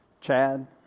Chad